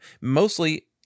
Mostly